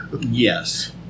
Yes